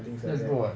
that's good [what]